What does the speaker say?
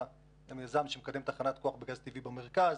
גם יזם שמקדם תחנת כוח בגז טבעי במרכז,